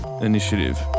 Initiative